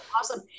awesome